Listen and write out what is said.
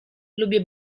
lubię